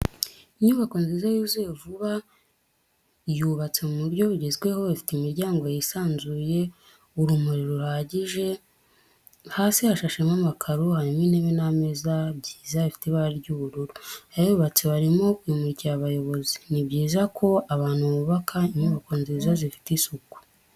Inyubako nziza yuzuye vuba yubatse mu buryo bugeweho ifite imiryango yisanzuye, urumuri ruhagije, hasi hashashemo amakaro, harimo intebe n'ameza byiza bifite ibara ry'ubururu, abayubatse barimo kuyimurikira abayobozi. Ni byiza ko abantu bubaka inyubako nziza zifite isuku.